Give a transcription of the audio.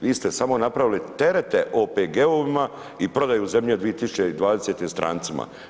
Vi ste samo napravili terete OPG-ovima i prodaju zemlje 2020. strancima.